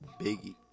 Biggie